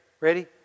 Ready